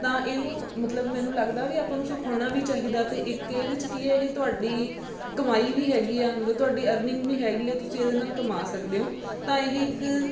ਤਾਂ ਇਹਨੂੰ ਮਤਲਬ ਮੈਨੂੰ ਲੱਗਦਾ ਵੀ ਆਪਾਂ ਨੂੰ ਸਿਖਾਉਣਾ ਵੀ ਚਾਹੀਦਾ 'ਤੇ ਇੱਕ ਇਹਦੇ 'ਚ ਕੀ ਹੈ ਇਹ ਤੁਹਾਡੀ ਕਮਾਈ ਵੀ ਹੈਗੀ ਆ ਮਤਲਬ ਤੁਹਾਡੀ ਅਰਨਿੰਗ ਵੀ ਹੈਗੀ ਹੈ ਤੁਸੀਂ ਇਹਦੇ ਨਾਲ ਕਮਾ ਸਕਦੇ ਹੋ ਤਾਂ ਇਹ ਇੱਕ